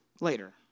later